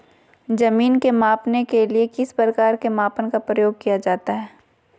जमीन के मापने के लिए किस प्रकार के मापन का प्रयोग किया जाता है?